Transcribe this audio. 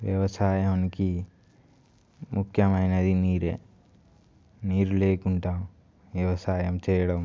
వ్యవసాయానికి ముఖ్యమైనది నీరే నీరు లేకుండా వ్యవసాయం చేయడం